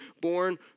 born